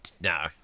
no